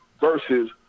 versus